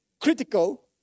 critical